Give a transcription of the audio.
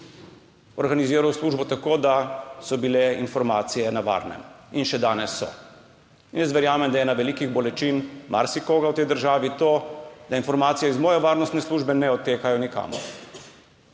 organiziral službo tako, da so bile informacije na varnem. In še danes so. In jaz verjamem, da je ena velikih bolečin marsikoga v tej državi to, da informacije iz moje varnostne službe ne odtekajo nikamor,